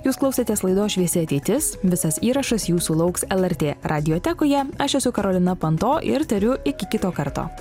jūs klausėtės laidos šviesi ateitis visas įrašas jūsų lauks lrt radiotekoje aš esu karolina panto ir tariu iki kito karto